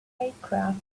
aircraft